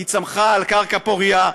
היא צמחה על קרקע פורייה,